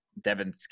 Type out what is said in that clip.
Devin